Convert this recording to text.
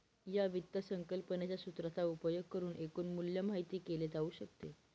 या वित्त संकल्पनेच्या सूत्राचा उपयोग करुन एकूण मूल्य माहित केले जाऊ शकते